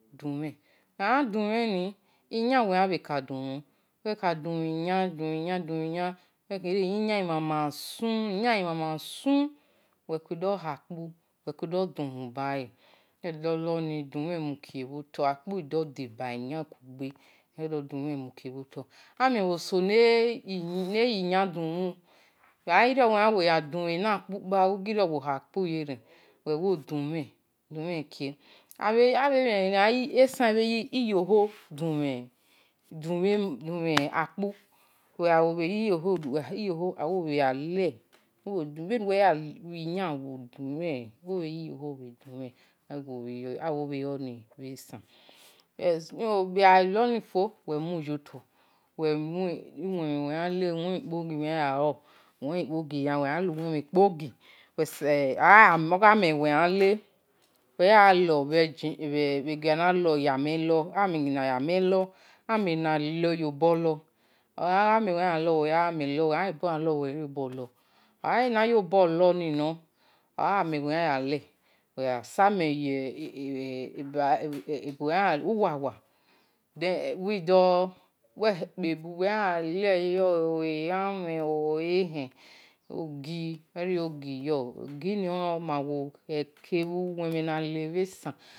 Dumhen uwe khian dumheni, uwi do, du-mhen iyan, eni-yan mama sun, ogha mama sun uwe kue do ha-ukpu bede odo-kugbe uwi do dumhen mikie bho to, amienin ebho-eso ne ye iyan du-mhen, ewo girion mu-akpu yeren, esan ebhe ye iyo-kho dumhen, bhe nuwe ya ye iyan dumhen, uwi bhe ye iyokho du-mhen, uwe gha luo-ni fo ume muyo to, uwe mu uwen-mhen nuwe-khian ya lor, ogha yi owen-mhin ikpogi ogha-yi ogha amen uwe khian le, ogha ye engine, ogha yi obo uwe yo bo lor uwe gha samen ye uwa wa, uwi do-kpe buwe khian ya-le yo oo, elamhen, ogi yo, ogi ni omama khe-ke bhun wen-mhen na le bhe esan